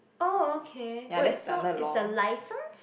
oh okay wait so it's a license